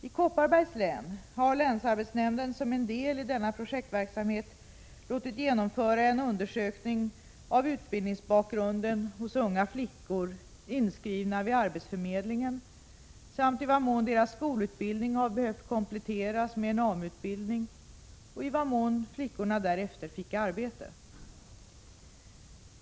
I Kopparbergs län har länsarbetsnämnden — som en del i denna projektverksamhet — låtit genomföra en undersökning av utbildningsbakgrunden hos unga flickor, inskrivna vid arbetsförmedlingen, samt i vad mån deras skolutbildning har behövt kompletteras med en AMU-utbildning och i vad mån flickorna därefter fick arbete.